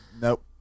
Nope